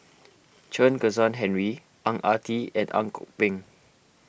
Chen Kezhan Henri Ang Ah Tee and Ang Kok Peng